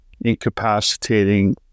incapacitating